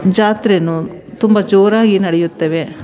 ಜಾತ್ರೇಯೂ ತುಂಬ ಜೋರಾಗಿ ನಡೆಯುತ್ತವೆ